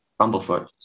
Bumblefoot